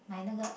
买哪个